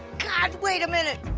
god, wait a minute.